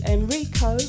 Enrico